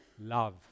love